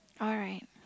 alright